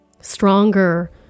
stronger